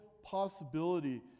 possibility